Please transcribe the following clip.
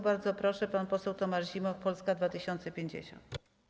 Bardzo proszę, pan poseł Tomasz Zimoch, Polska 2050.